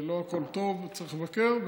לא הכול טוב, צריך לבקר.